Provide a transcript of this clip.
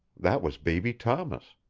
that was baby thomas.